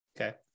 okay